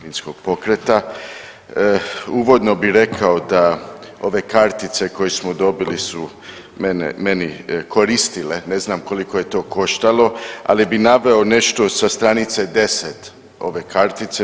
Domovinskog pokreta uvodno bi rekao da ove kartice koje smo dobile su mene, meni koristile ne znam koliko je to koštalo, ali bih naveo nešto sa stranice 10 ove kartice.